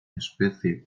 espezie